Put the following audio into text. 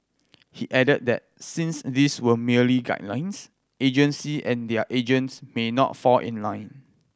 he added that since these were merely guidelines agency and their agents may not fall in line